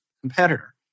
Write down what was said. competitor